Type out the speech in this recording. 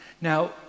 Now